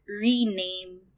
rename